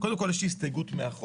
קודם כל, יש לי הסתייגות מהחוק.